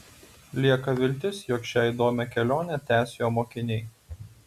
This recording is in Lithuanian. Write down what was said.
lieka viltis jog šią įdomią kelionę tęs jo mokiniai